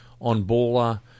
on-baller